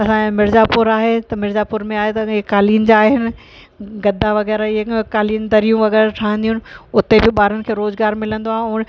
असांजे मिर्ज़ापुर आहे त मिर्ज़ापुर में आहे त हे कालीन जा आहिनि गद्दा वग़ैरह इहे कालीन दरियूं वग़ैरह ठहंदियूं आहिनि उते बि ॿारनि खे रोज़गारु मिलंदो आहे और